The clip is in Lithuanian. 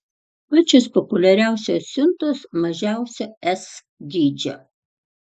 pačios populiariausios siuntos mažiausio s dydžio